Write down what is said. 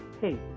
hey